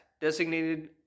designated